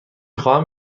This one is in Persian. خواهم